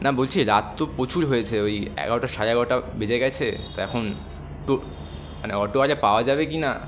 না বলছি রাত তো প্রচুর হয়েছে ওই এগারোটা সাড়ে এগারোটা বেজে গেছে তা এখন তো মানে অটো আজকে পাওয়া যাবে কি না